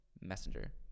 messenger